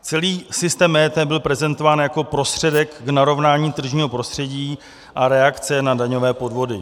Celý systém EET byl prezentován jako prostředek k narovnání tržního prostředí a reakce na daňové podvody.